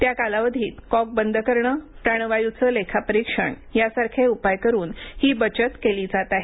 त्या कालावधीत कॉक बंद करणंप्राणवायूचं लेखापरीक्षण यासारखे उपाय करून ही बचत केली जात आहेत